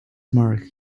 mark